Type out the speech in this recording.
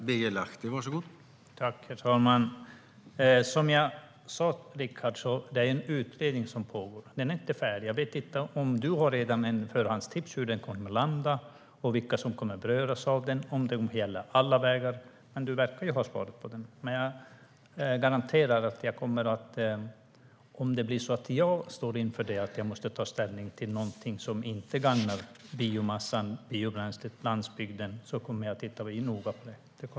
Herr talman! Som jag sa, Rickard, är det en utredning som pågår. Den är inte färdig. Jag vet inte om du redan har förhandstips om hur den kommer att landa, vilka som kommer att beröras av den och om det gäller alla vägar. Du verkar ha svaret på det. Jag kan garantera att om det blir så att jag måste ta ställning till någonting som inte gagnar biomassan, biobränslet och landsbygden kommer att jag titta noga på det.